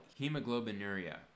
hemoglobinuria